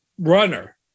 runner